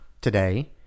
today